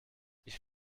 ich